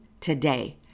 today